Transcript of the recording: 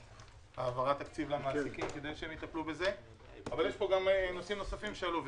העברת תקציב למעסיקים כדי שיטפלו בזה ויש גם נושאים נוספים שעלו,